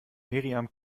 miriam